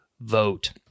vote